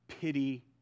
pity